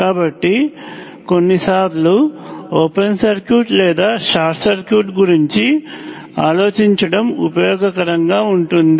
కాబట్టి కొన్నిసార్లు open circuit లేదా షార్ట్ సర్క్యూట్ గురించి ఆలోచించడం ఉపయోగకరంగా ఉంటుంది